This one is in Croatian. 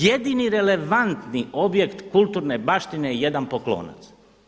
Jedini relevantni objekt kulturne baštine je jedan poklonac.